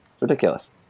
ridiculous